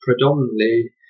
predominantly